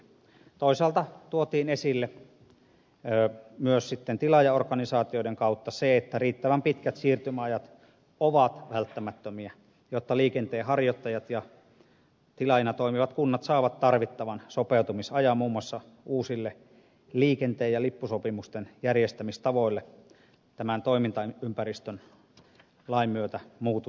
toisaalta tuotiin esille myös sitten tilaajaorganisaatioiden kautta se että riittävän pitkät siirtymäajat ovat välttämättömiä jotta liikenteenharjoittajat ja tilaajina toimivat kunnat saavat tarvittavan sopeutumisajan muun muassa uusille liikenteen ja lippusopimusten järjestämistavoille tämän toimintaympäristön lain myötä muuttuessa